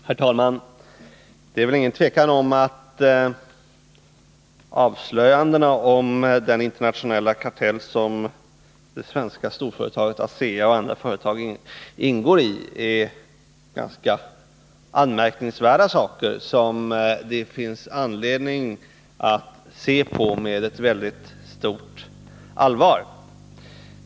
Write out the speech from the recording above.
Herr talman! Det är väl inget tvivel om att avslöjandena om den internationella kartell som det svenska storföretaget ASEA och andra företag ingår i är ganska anmärkningsvärda saker, som det finns anledning att se på med ett väldigt stort allvar.